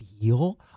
feel